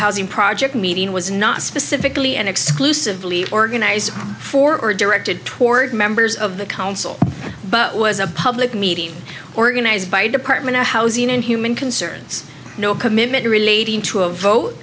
housing project meeting was not specifically an exclusively organized for or directed toward members of the council but was a public meeting organized by the department of housing and human concerns no committee relating to a vote